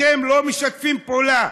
אתם לא משתפים פעולה,